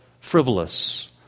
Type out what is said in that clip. frivolous